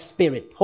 Spirit